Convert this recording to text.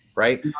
Right